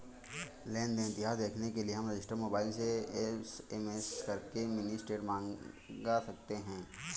लेन देन इतिहास देखने के लिए हम रजिस्टर मोबाइल से एस.एम.एस करके मिनी स्टेटमेंट मंगा सकते है